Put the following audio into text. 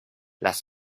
las